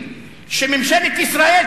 אני צריך להמתין שממשלת ישראל,